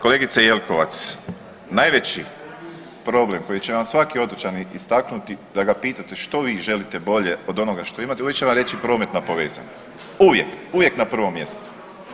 Kolegice Jelkovac, najveći problem koji će vam svaki otočanin istaknuti da ga pitate što vi želite bolje od onoga što imate, uvijek će vam reći prometna povezanost, uvije, uvijek na prvom mjestu.